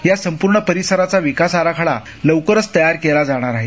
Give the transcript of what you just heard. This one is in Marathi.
या संपूर्ण परिसराचा विकास आराखडा लवकरच तयार केला जाणार आहे